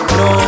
no